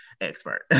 expert